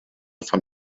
von